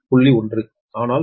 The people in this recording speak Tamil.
10 ஆனால் புதிய X1 0